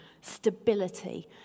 stability